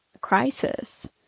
crisis